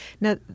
Now